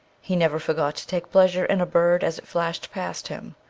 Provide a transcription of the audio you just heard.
he never forgot to take pleasure in a bird as it flashed past him,